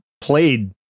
played